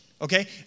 Okay